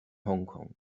hongkong